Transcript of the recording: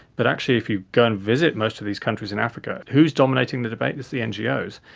but actually if you go and visit most of these countries in africa, who is dominating the debate? it's the ngos.